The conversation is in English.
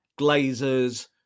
glazers